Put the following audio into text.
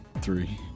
three